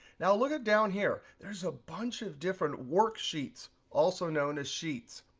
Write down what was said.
now look down here. there's a bunch of different worksheets, also known as sheets.